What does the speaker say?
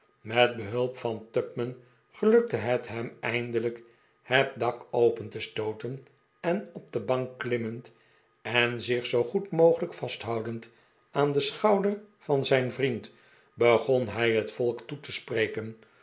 met behulp van tupman gelukte het hem eindelijk het dak open te stooten en op de bank klimmend en zich zoo goed mogelijk vasthoudend aan den schouder van zijn vrie'nd begon hij het volk toe te spreken